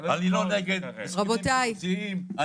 אני לא נגד הסכמים קיבוציים.